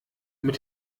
mit